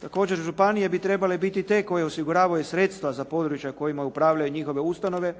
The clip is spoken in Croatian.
Također županije bi trebale biti te koje osiguravaju sredstva za područja kojima upravljaju njihove ustanove,